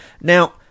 Now